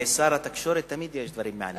לשר התקשורת יש תמיד דברים מעניינים.